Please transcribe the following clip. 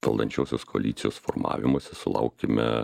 valdančiosios koalicijos formavimosi sulaukime